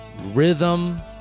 rhythm